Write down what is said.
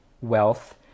wealth